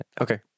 Okay